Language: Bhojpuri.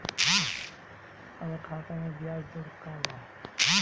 बचत खाता मे ब्याज दर का बा?